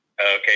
Okay